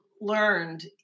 learned